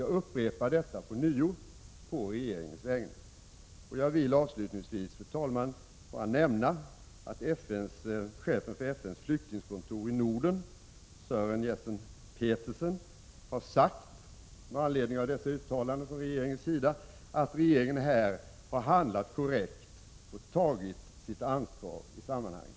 Jag upprepar alltså detta ånyo på regeringens vägnar. Avslutningsvis, fru talman, vill jag bara nämna att chefen för FN:s flyktingkontor i Norden Sören Jessen-Petersen med anledning av dessa uttalanden från regeringens sida har sagt att regeringen här handlat korrekt och att den har tagit sitt ansvar i sammanhanget.